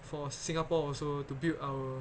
for singapore also to build our